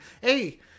hey